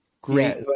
great-